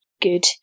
good